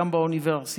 גם באוניברסיטה.